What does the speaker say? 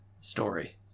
story